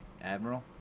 Admiral